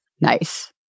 Nice